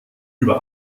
über